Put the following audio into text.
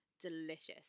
delicious